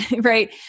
Right